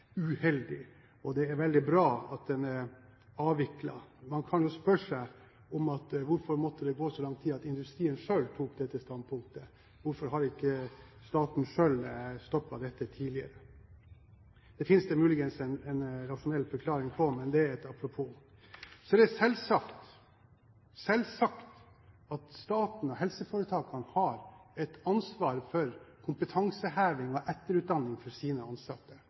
uheldig, og det er veldig bra at den er avviklet. Man kan jo spørre seg hvorfor det måtte gå så lang tid at industrien selv tok dette standpunktet. Hvorfor har ikke staten selv stoppet dette tidligere? Det finnes det muligens en rasjonell forklaring på, men det er et apropos. Så er det selvsagt at staten og helseforetakene har et ansvar for kompetanseheving og etterutdanning for sine ansatte